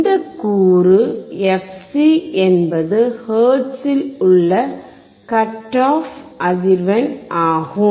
இந்த கூறு fc என்பது ஹெர்ட்ஸில் உங்கள் கட் ஆஃப் அதிர்வெண் ஆகும்